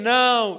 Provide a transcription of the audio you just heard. now